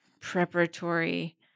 preparatory